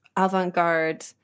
avant-garde